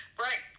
right